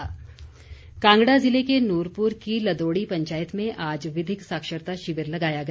विधिक साक्षरता कांगड़ा जिले के नूरपुर की लदोड़ी पंचायत में आज विधिक साक्षरता शिविर लगाया गया